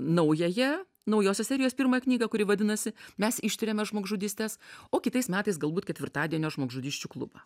naująją naujosios serijos pirmą knygą kuri vadinasi mes ištiriame žmogžudystes o kitais metais galbūt ketvirtadienio žmogžudysčių klubą